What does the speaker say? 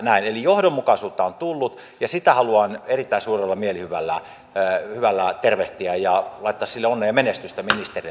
eli johdonmukaisuutta on tullut ja sitä haluan erittäin suurella mielihyvällä tervehtiä ja laittaa onnea ja menestystä ministerille tässä vaativassa tehtävässä